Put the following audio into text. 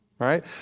Right